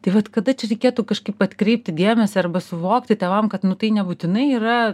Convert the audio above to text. tai vat kada čia reikėtų kažkaip atkreipti dėmesį arba suvokti tėvam kad nu tai nebūtinai yra